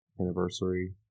anniversary